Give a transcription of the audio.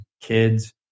kids